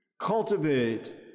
cultivate